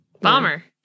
Bomber